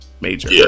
major